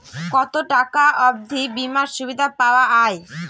কত টাকা অবধি বিমার সুবিধা পাওয়া য়ায়?